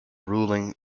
ruling